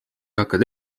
hakkad